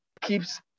keeps